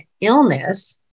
illness